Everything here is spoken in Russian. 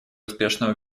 успешного